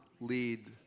lead